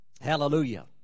Hallelujah